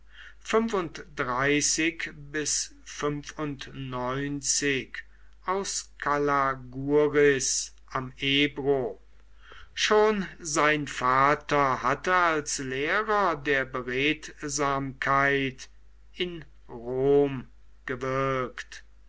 aus calagurris am ebro schon sein vater hatte als lehrer der beredsamkeit im rom gewirkt